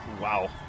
Wow